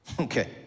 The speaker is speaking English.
okay